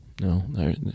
No